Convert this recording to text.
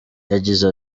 yagize